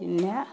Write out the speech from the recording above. പിന്നെ